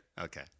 Okay